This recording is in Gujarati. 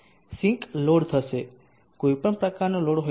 સિંક લોડ થશે કોઈપણ પ્રકારનો લોડ હોઈ શકે છે